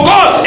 God